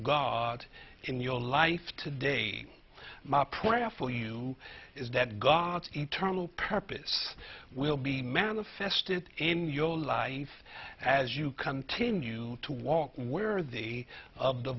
god in your life today my prayer for you is that god's eternal purpose will be manifested in your life as you continue to walk where the of the